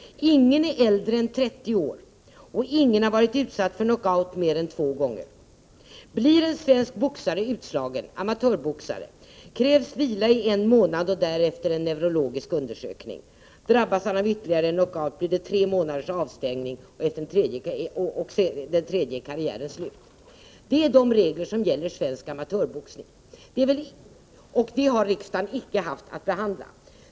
Ingen är äldre än 30 år, och ingen har varit utsatt för knockout mer än två gånger. Blir en svensk amatörboxare utslagen krävs vila i en månad och därefter en neurologisk undersökning. Drabbas han av ytterligare en knockout blir det avstängning i tre månader, och efter en tredje knockout är karriären slut. Det är de regler som gäller i svensk amatörboxning, och dem har riksdagen icke haft att behandla.